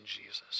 Jesus